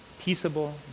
peaceable